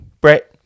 Brett